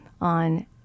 on